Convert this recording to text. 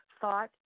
thought